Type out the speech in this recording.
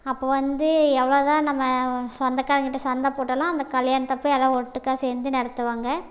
அப்போ வந்து எவ்வளோ தான் நம்ம சொந்தகாரங்க கிட்டே சண்டை போட்டாலும் அந்த கல்யாணத்தப்போ எல்லோரும் ஒட்டுக்கா சேர்ந்து நடத்துவாங்க